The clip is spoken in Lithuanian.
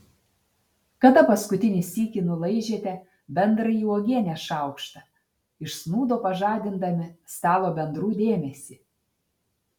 kada paskutinį sykį nulaižėte bendrąjį uogienės šaukštą iš snūdo pažadindami stalo bendrų dėmesį